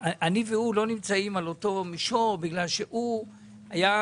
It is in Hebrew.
ואני לא נמצאים על אותו מישור בגלל שהוא פעמים